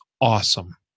awesome